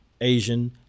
Asian